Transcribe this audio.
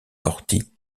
corty